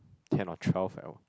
can of twelve at one